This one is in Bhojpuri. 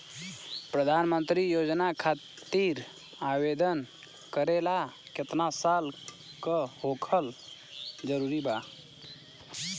प्रधानमंत्री योजना खातिर आवेदन करे ला केतना साल क होखल जरूरी बा?